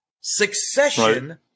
succession